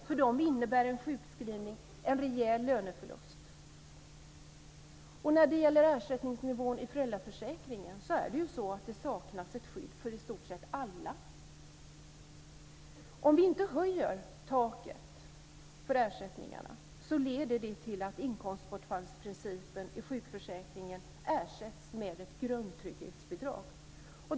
För dem innebär en sjukskrivning en rejäl löneförlust. När det gäller ersättningsnivån i föräldraförsäkringen saknas det ett skydd för i stort sett alla. Om vi inte höjer taket för ersättningarna leder det till att inkomstbortfallsprincipen i sjukförsäkringen ersätts med ett grundtrygghetsbidrag.